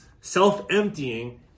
Self-emptying